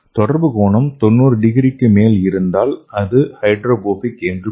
தொடர்பு கோணம் 90 டிகிரிக்கு மேல் இருந்தால் அது ஹைட்ரோபோபிக் என்று பொருள்